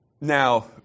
Now